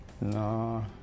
No